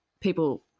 people